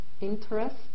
interest